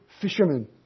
fishermen